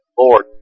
Lord